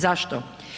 Zašto?